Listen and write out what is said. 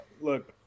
Look